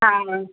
हा